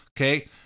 Okay